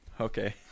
okay